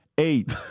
Eight